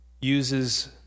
uses